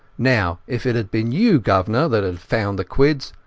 now, if it had been you, guvanor, that had found the quids,